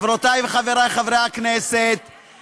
חברותי וחברי חברי הכנסת,